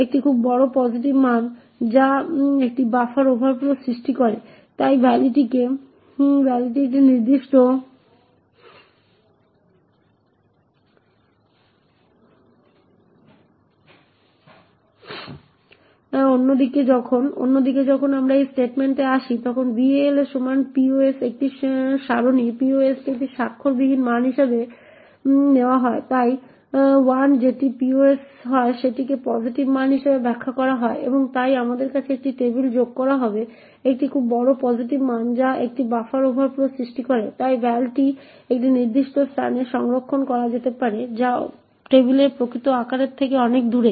একটি খুব বড় পসিটিভ মান যা একটি বাফার ওভারফ্লো সৃষ্টি করে তাই ভ্যালটি একটি নির্দিষ্ট স্থানে সংরক্ষণ করা যেতে পারে যা টেবিলের প্রকৃত আকারের থেকে অনেক দূরে